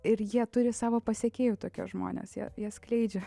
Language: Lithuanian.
ir jie turi savo pasekėjų tokie žmonės jie jie skleidžia